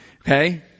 Okay